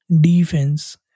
defense